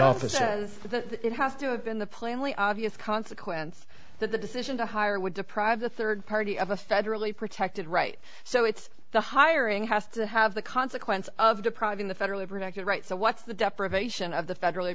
offices that it has to have been the plainly obvious consequence that the decision to hire would deprive a third party of a federally protected right so it's the hiring has to have the consequence of depriving the federally protected right so what the deprivation of the federally